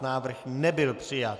Návrh nebyl přijat.